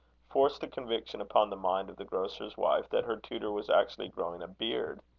forced the conviction upon the mind of the grocer's wife, that her tutor was actually growing a beard.